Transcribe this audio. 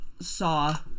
saw